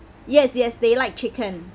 yes yes they like chicken